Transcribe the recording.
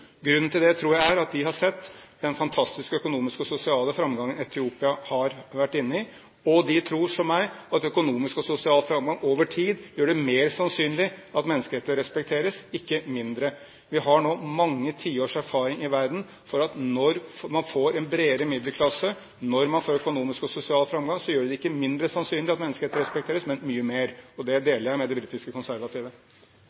Grunnen til det tror jeg er at de har sett den fantastiske økonomiske og sosiale framgangen Etiopia har vært inne i, og de tror, som jeg, at økonomisk og sosial framgang over tid gjør det mer sannsynlig at menneskerettigheter respekteres, ikke mindre. Vi har nå mange tiårs erfaring i verden for at når man får en bredere middelklasse, når man får økonomisk og sosial framgang, blir det ikke mindre sannsynlig at menneskerettigheter respekteres, men mye mer, og det